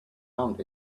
around